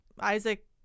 Isaac